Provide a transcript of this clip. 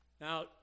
Now